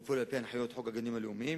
והוא פועל על-פי הנחיות חוק הגנים הלאומיים,